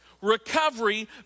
Recovery